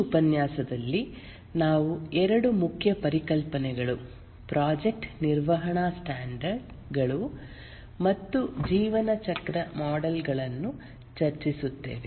ಈ ಉಪನ್ಯಾಸದಲ್ಲಿ ನಾವು 2 ಮುಖ್ಯ ಪರಿಕಲ್ಪನೆಗಳು ಪ್ರಾಜೆಕ್ಟ್ ನಿರ್ವಹಣಾ ಸ್ಟ್ಯಾಂಡರ್ಡ್ ಗಳು ಮತ್ತು ಜೀವನ ಚಕ್ರ ಮಾಡೆಲ್ ಗಳನ್ನು ಚರ್ಚಿಸುತ್ತೇವೆ